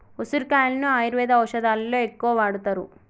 ఉసిరికాయలను ఆయుర్వేద ఔషదాలలో ఎక్కువగా వాడుతారు